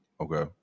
Okay